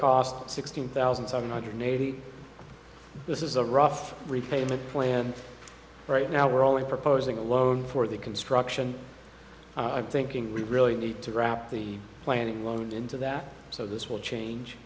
costs sixteen thousand seven hundred eighty this is a rough repayment plan right now we're only proposing a loan for the construction i'm thinking we really need to wrap the planning loan into that so this will change